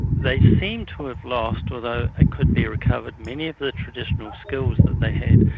they seem to have lost, although it could be recovered, many of the traditional skills that they had.